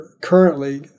currently